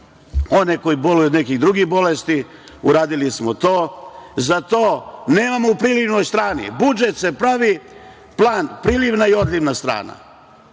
one koji boluju od nekih drugih bolesti, uradili smo to... Za to nemamo u prilivnoj strani. Budžet se pravi plan – prilivna i odlivna strana